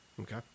Okay